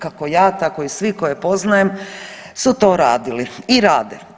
Kako ja, tako i svi koje poznajem su to radili i rade.